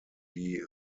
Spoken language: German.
die